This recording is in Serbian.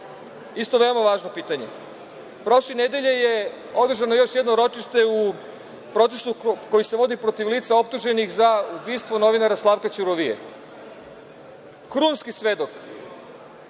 jedno veoma važno pitanje. Prošle nedelje je održano još jedno ročište u procesu koji se vodi protiv lica optuženih za ubistvo novinara Slavka Ćuruvije. Krunski svedok